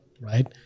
right